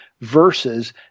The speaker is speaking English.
versus –